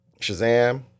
Shazam